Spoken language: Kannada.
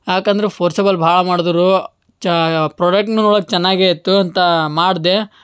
ಯಾಕಂದರೆ ಫೋರ್ಸೇಬಲ್ ಭಾಳ ಮಾಡಿದ್ರು ಚಾ ಪ್ರೊಡಕ್ಟ್ ನೋಡಕ್ಕೆ ಚೆನ್ನಾಗೆ ಇತ್ತು ಅಂತ ಮಾಡಿದೆ